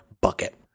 bucket